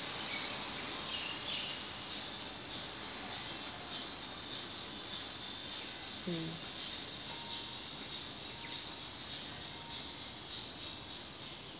mm